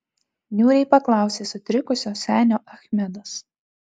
niūriai paklausė sutrikusio senio achmedas